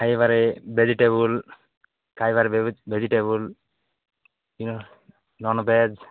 ଖାଇବାରେ ଭେଜିଟେବୁଲ୍ ଖାଇବାରେ vegetable non veg